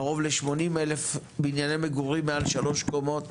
קרוב ל-80,000 בנייני מגורים מעל שלוש קומות